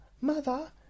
mother